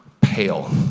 pale